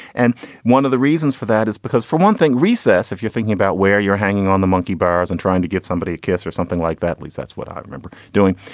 and one of the reasons for that is because, for one thing, recess, if you're thinking about where you're hanging on the monkey bars and trying to give somebody a kiss or something like that, please. that's what i remember doing.